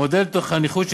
מודל החניכות,